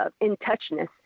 in-touchness